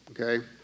okay